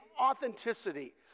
authenticity